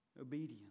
obedience